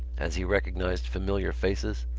as he recognised familiar faces,